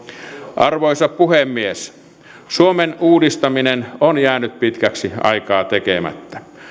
arvoisa puhemies suomen uudistaminen on jäänyt pitkäksi aikaa tekemättä